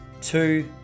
two